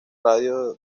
radio